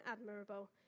admirable